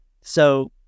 So-